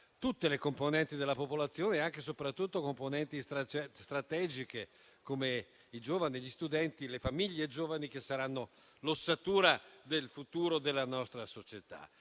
tutte le componenti della popolazione, anche e soprattutto strategiche, come i giovani, gli studenti e le famiglie giovani, che saranno l'ossatura del futuro della nostra società.